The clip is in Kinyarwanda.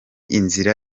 inzira